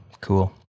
cool